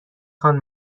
خوان